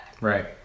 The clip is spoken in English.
Right